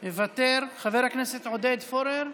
מוותר, חבר הכנסת עודד פורר,